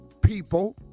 people